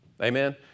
Amen